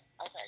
okay